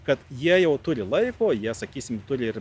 kad jie jau turi laiko jie sakysim turi ir